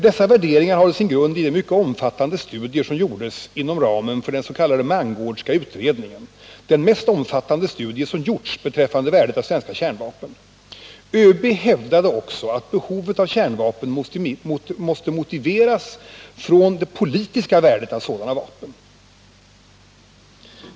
Dessa värderingar hade sin grund i de mycket omfattande studier som gjordes bl.a. inom ramen för den s.k. Mangårdska utredningen — den mest omfattande studie som gjorts beträffande värdet av svenska kärnvapen. ÖB hävdade också att behovet av kärnvapen måste motiveras utifrån det politiska värdet av sådana vapen.